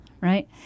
right